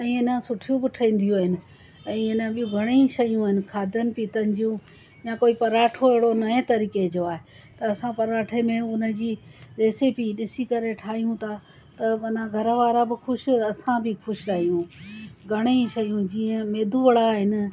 ऐं हिन सुठियूं बि ठहंदियूं आहिनि ऐं ईअं न की घणेई शयूं आहिनि खाधनि पीअनि जूं या कोई पराठो हॾो नए तरीक़े जो आहे त असां पराठनि में उन जी रेसिपी ॾिसी करे ठाहियूं था त माना घर वारा बि ख़ुशि और असां बि ख़ुशि रहियूं घणेई शयूं जीअं मेदू वड़ा आहिनि